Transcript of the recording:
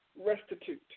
Restitute